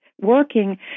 working